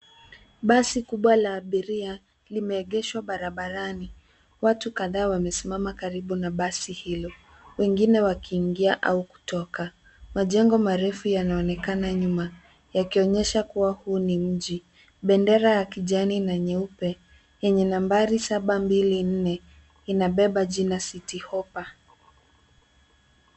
Basi kubwa la abiria limeegeshwa barabarani. Watu kadhaa wamesimama karibu na basi hilo. Wengine wakiingia au kutoka. Majengo marefu yanaonekana nyuma yakionyesha kuwa huu ni mji. Bendera ya kijani na nyeupe yenye nambari saba, mbili, nne inabeba jina Citihoppa.